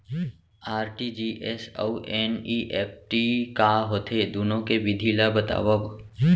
RTGS अऊ NEFT का होथे, दुनो के विधि ला बतावव